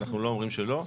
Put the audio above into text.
אנחנו לא אומרים שלא.